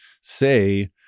say